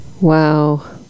Wow